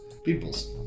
Peoples